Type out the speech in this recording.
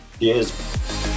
Yes